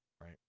right